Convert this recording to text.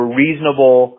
reasonable